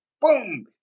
boom